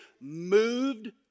moved